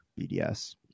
BDS